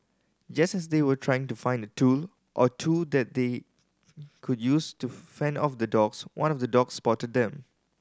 just as they were trying to find a tool or two that they could use to fend off the dogs one of the dogs spotted them